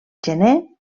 gener